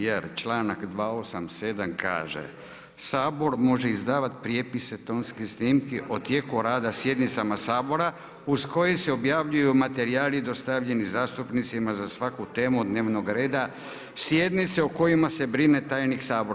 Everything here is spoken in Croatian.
Jer članak 28. kaže Sabor može izdavati prijepise, tonske snimke o tijeku rada sjednicama Sabora uz koji se objavljeni materijali dostavljeni zastupnicima za svaku temu od dnevnog reda sjednica o kojima se brine tajnik sabora.